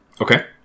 Okay